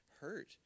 hurt